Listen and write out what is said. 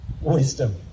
wisdom